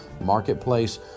marketplace